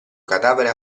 cadavere